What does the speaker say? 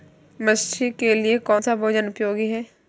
मछली के लिए कौन सा भोजन उपयोगी है?